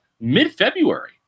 mid-February